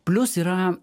plius yra